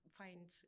find